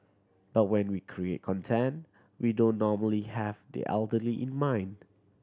but when we create content we don't normally have the elderly in mind